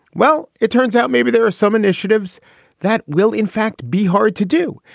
well it turns out maybe there are some initiatives that will in fact be hard to do.